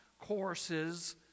courses